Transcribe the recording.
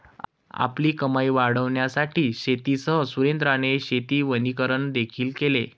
आपली कमाई वाढविण्यासाठी शेतीसह सुरेंद्राने शेती वनीकरण देखील केले